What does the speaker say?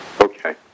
Okay